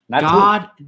God